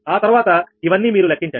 ఆ తర్వాత ఇవన్నీ మీరు లెక్కించండి